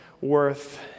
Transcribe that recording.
worth